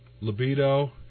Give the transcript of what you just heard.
libido